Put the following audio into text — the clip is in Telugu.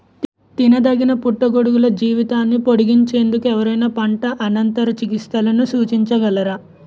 తినదగిన పుట్టగొడుగుల జీవితాన్ని పొడిగించేందుకు ఎవరైనా పంట అనంతర చికిత్సలను సూచించగలరా?